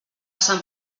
sant